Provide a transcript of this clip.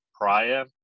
prior